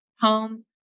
home